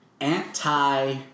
anti